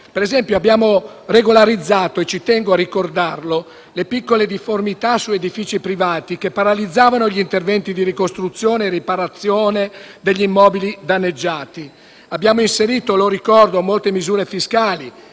Per esempio, abbiamo regolarizzato - e ci tengo a ricordarlo - le piccole difformità su edifici privati che paralizzavano gli interventi di ricostruzione e riparazione degli immobili danneggiati. Abbiamo inserito - lo ricordo - molte misure fiscali,